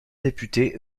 député